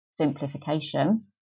simplification